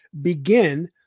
begin